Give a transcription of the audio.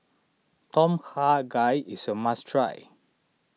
Tom Kha Gai is a must try